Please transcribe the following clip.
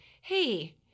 hey